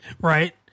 Right